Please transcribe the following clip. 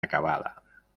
acabada